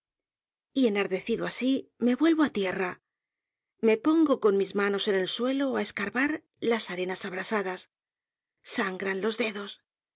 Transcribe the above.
y enardecido así me vuelvo á tierra me pongo con mis manos en el suelo á escarbar las arenas abrasadas sangran los dedos